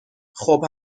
خوب